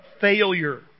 failure